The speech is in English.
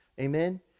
Amen